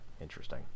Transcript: interesting